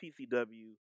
PCW